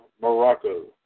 Morocco